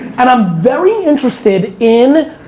and i'm very interested in,